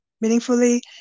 meaningfully